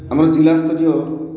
ଆମର ଜିଲ୍ଲା ସ୍ତରୀୟ